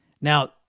Now